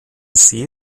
see